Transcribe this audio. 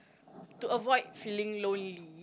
to avoid feeling lonely